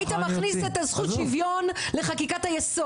אם היית רוצה שוויון היית מכניס את זכות השוויון לחקיקת היסוד.